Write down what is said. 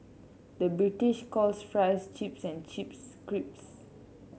the British calls fries chips and chips crips